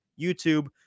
YouTube